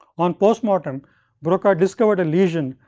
on postmortem broca's discovered a lesion,